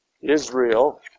Israel